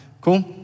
cool